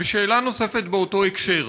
שאלה נוספת באותו הקשר: